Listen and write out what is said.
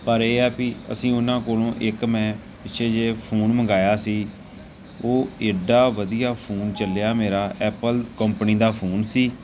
ਪਰ ਇਹ ਆ ਵੀ ਅਸੀਂ ਉਹਨਾਂ ਕੋਲ ਇੱਕ ਮੈਂ ਪਿੱਛੇ ਜਿਹੇ ਫੋਨ ਮੰਗਵਾਇਆ ਸੀ ਉਹ ਐਡਾ ਵਧੀਆ ਫੋਨ ਚੱਲਿਆ ਮੇਰਾ ਐਪਲ ਕੰਪਨੀ ਦਾ ਫੋਨ ਸੀ